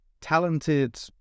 talented